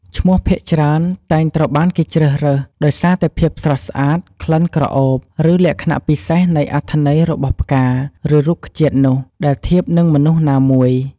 ឈ្មោះភាគច្រើនតែងត្រូវបានគេជ្រើសរើស ដោយសារតែភាពស្រស់ស្អាត ក្លិនក្រអូប ឬ លក្ខណៈពិសេសនៃអត្ថន័យរបស់ផ្កាឬរុក្ខជាតិនោះ ដែលធៀបនឹងមនុស្សណាមួយ។